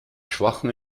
schwachem